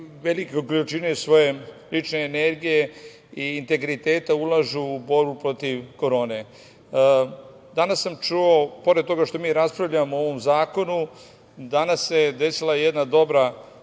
veliku količinu svoje lične energije i integriteta ulažu u borbu protiv korone. Danas sam čuo, pored toga što mi raspravljamo o ovom zakonu, danas se desila jedna dobra